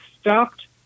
stopped